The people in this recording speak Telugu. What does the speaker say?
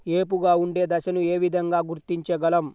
ఏపుగా ఉండే దశను ఏ విధంగా గుర్తించగలం?